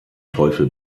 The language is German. teufel